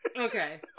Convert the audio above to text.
Okay